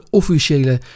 officiële